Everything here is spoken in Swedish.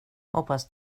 hoppas